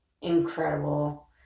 incredible